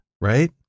right